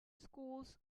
schools